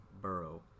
Burrow